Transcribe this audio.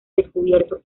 descubierto